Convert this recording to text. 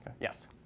Yes